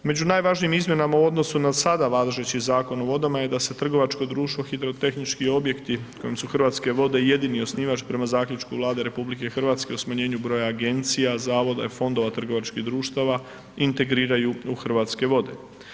Među najvažnijim izmjenama u odnosu na sada važeći Zakon o vodama je da se trgovačko društvo hidrotehnički objekti kojim su Hrvatske vode jedini osnivač prema Zaključku Vlade Republike Hrvatske o smanjenju broja Agencija, Zavoda i Fondova trgovačkih društava integriraju u Hrvatske vode.